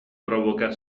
provoca